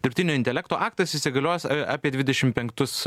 dirbtinio intelekto aktas įsigalios apie dvidešimt penktus